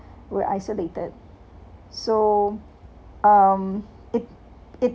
we're isolated so um it it